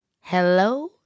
hello